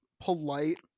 polite